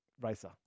racer